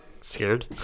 scared